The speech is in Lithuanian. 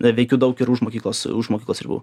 na veikiu daug ir už mokyklos už mokyklos ribų